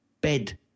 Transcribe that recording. bed